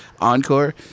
encore